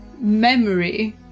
memory